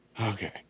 Okay